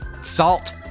Salt